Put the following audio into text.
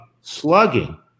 slugging